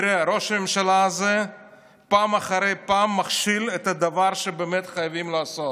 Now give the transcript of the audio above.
ראש הממשלה הזה פעם אחרי פעם מכשיל את הדבר שחייבים לעשות.